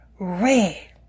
Red